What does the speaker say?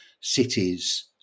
cities